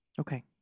Okay